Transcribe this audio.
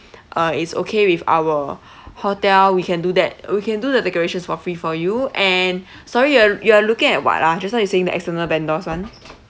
uh it's okay with our hotel we can do that we can do the decorations for free for you and sorry you are you are looking at what ah just now you saying the external vendors [one]